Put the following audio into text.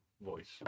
voice